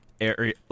area